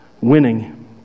winning